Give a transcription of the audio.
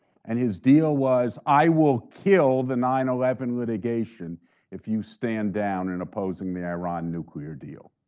and his deal was, i will kill the nine eleven litigation if you stand down in opposing the iran nuclear deal.